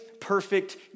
perfect